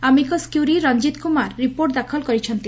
amicus curiae Ranjit Kumar report ଦାଖଲ କରିଛନ୍ତି